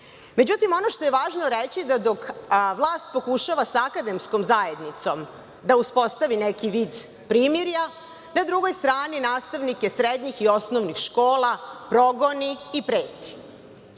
ono što je važno reći, dok vlast pokušava sa akademskom zajednicom da uspostavi neki vid primirja na drugoj strani nastavnike srednjih i osnovnih škola progoni i preti,